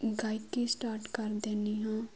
ਗਾਇਕੀ ਸਟਾਰਟ ਕਰ ਦਿੰਦੀ ਹਾਂ